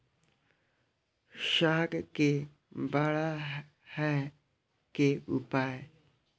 साग के बड़ा है के उपाय?